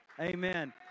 Amen